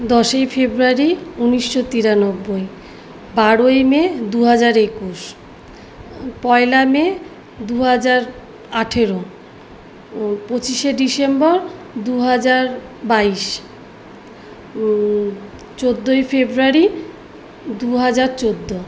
দশই ফেব্রুয়ারি উনিশশো তিরানব্বই বারোই মে দু হাজার একুশ পয়লা মে দু হাজার আঠেরো পঁচিশে ডিসেম্বর দু হাজার বাইশ চোদ্দোই ফেব্রুয়ারি দু হাজার চোদ্দো